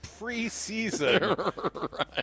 preseason